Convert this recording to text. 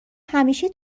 همیشه